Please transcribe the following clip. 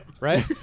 Right